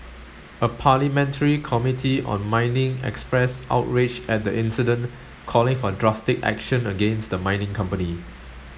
a parliamentary committee on mining expressed outrage at the incident calling for drastic action against the mining company